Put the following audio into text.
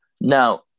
Now